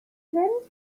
fynd